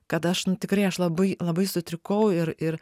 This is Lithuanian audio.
kad aš nu tikrai aš labai labai sutrikau ir ir